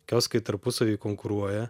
kioskai tarpusavy konkuruoja